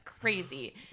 crazy